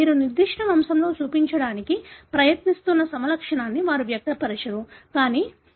మీరు నిర్దిష్ట వంశంలో చూపించడానికి ప్రయత్నిస్తున్న సమలక్షణాన్ని వారు వ్యక్తపరచరు